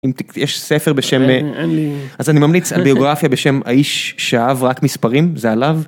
אם יש ספר בשם, אז אני ממליץ על ביוגרפיה בשם האיש שאהב רק מספרים זה עליו.